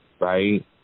right